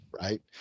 Right